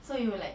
so you will like